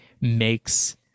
makes